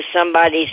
somebody's